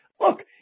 Look